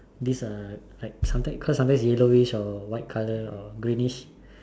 this uh like sometime cause sometimes is yellowish or white colour or greenish